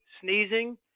sneezing